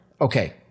okay